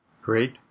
Great